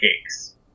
cakes